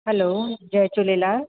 hello जय झूलेलाल